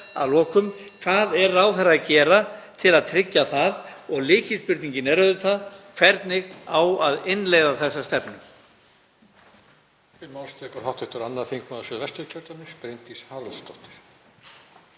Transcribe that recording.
að lokum: Hvað er ráðherra að gera til að tryggja það? Og lykilspurningin er auðvitað: Hvernig á að innleiða þessa stefnu?